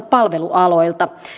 palvelualoilta